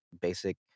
basic